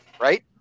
right